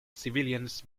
civilians